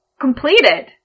completed